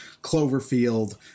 Cloverfield